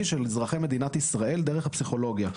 של אזרחי מדינת ישראל דרך הפסיכולוגיה.